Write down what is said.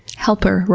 helper roles,